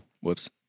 whoops